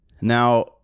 Now